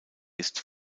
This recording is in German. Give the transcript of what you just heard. ist